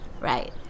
Right